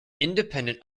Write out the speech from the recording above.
independent